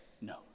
no